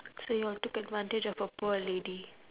so you all took advantage of a poor lady